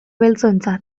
beltzontzat